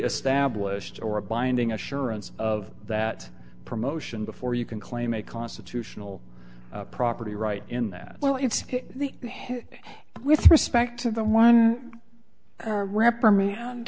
established or a binding assurance of that promotion before you can claim a constitutional property right in that well it's the with respect to the one reprimand